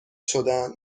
شدهاند